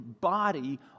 body